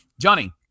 johnny